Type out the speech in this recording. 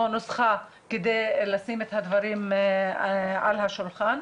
נוסחה כדי לשים את הדברים על השולחן,